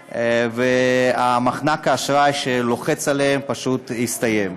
ומחנק האשראי שלוחץ עליהם פשוט יסתיים.